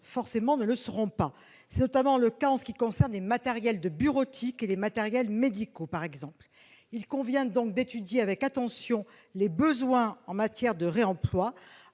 forcément. C'est notamment le cas en ce qui concerne les matériels de bureautique et les matériels médicaux par exemple. Il convient donc d'étudier avec attention les besoins en matière de réemploi,